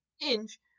inch